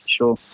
sure